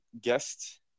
guest